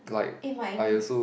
eh my